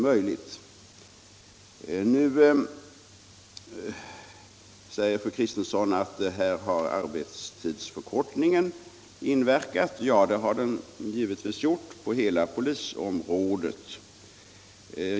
Vidare säger fru Kristensson att arbetstidsförkortningen har inverkat. Ja, det har den givetvis gjort på hela polisområdet.